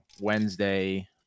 Wednesday